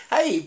Hey